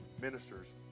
ministers